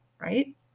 right